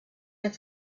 der